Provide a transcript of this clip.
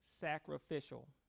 sacrificial